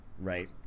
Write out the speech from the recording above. right